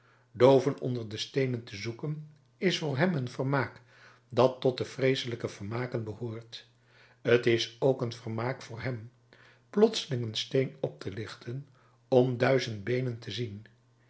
dooven onder de steenen te zoeken is voor hem een vermaak dat tot de vreeselijke vermaken behoort t is ook een vermaak voor hem plotseling een steen op te lichten om duizendbeenen te zien